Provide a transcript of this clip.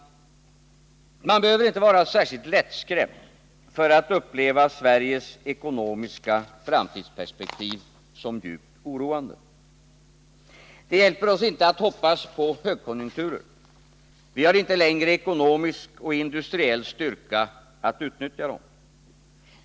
Man behöver inte vara särskilt lättskrämd för att uppleva Sveriges ekonomiska framtidsperspektiv som djupt oroande. Det hjälper oss inte att hoppas på högkonjunkturer — vi har inte längre ekonomisk och industriell styrka att utnyttja dem.